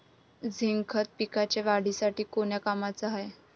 Zinc खत पिकाच्या वाढीसाठी कोन्या कामाचं हाये?